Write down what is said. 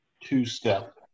two-step